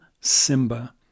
Simba